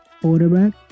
quarterback